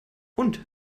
und